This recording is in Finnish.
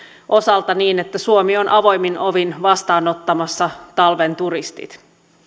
osalta niin että suomi on avoimin ovin vastaanottamassa talven turistit